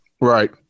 Right